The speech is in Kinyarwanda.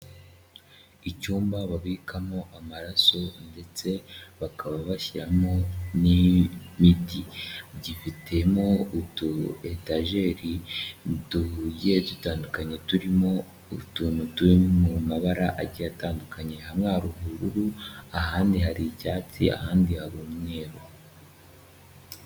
Icyumba babikamo amaraso ndetse bakaba bashyiramo n'imiti, gifitemo utu etageri tugiye dutandukanye turimo utuntu turi mu mabara agiye atandukanye, hamwe hari ubururu, ahandi hari icyatsi, ahandi hari umweru.